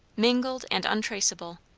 mingled and untraceable.